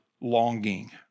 longing